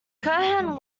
cohen